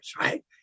right